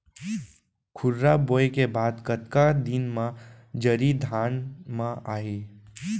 खुर्रा बोए के बाद कतका दिन म जरी धान म आही?